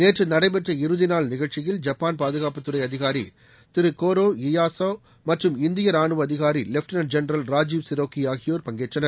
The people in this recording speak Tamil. நேற்று நடைபெற்ற இறுதிநாள் நிகழ்ச்சியில் ஜப்பான் பாதுகாப்புத்துறை அதிகாரி திரு கோரோ யியாசோ மற்றும் இந்திய ராணுவ அதிகாரி லெப்டினன்ட் ஜென்ரல் ராஜீவ் சிரோகி ஆகியோர் பங்கேற்றனர்